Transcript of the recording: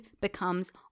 becomes